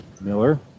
Miller